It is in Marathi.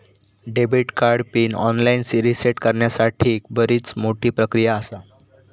debit card PIN online reset करण्यासाठीक बरीच मोठी प्रक्रिया आसा